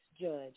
judge